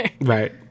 Right